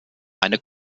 eine